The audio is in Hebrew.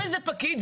שולחים איזה פקיד.